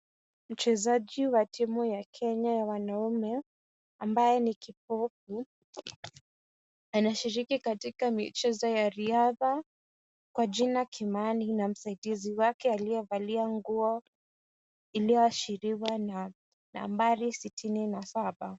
Mchezaji wa timu ya Kenya ya wanaume ambaye ni kipofu, anashiriki katika michezo ya riadha kwa jina Kimani na msaidizi wake aliyevalia nguo iliyoashiriwa na nambari sitini na saba.